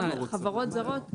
חברות זרות,